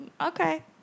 Okay